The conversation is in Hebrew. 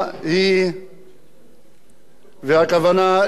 והכוונה הן לשפר את המצב,